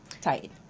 Tight